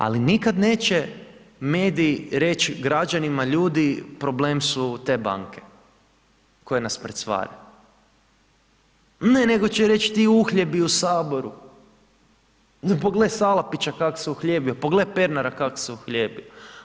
Ali nikad neće mediji reć građanima, ljudi problem su te banke koje nas mrcvare, ne nego će reć ti uhljebi u saboru, pogle Salapića kak se uhljebio, pogle Pernara kak se uhljebio.